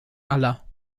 aller